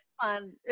fun